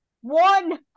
one